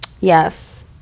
Yes